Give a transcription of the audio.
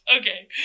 Okay